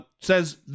says